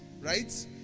right